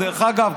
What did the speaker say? דרך אגב,